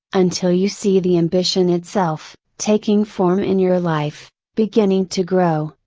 until you see the ambition itself, taking form in your life, beginning to grow,